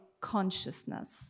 consciousness